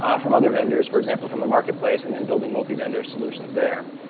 um from other vendors, for example, from the marketplace, and then building multi-vendor solutions there.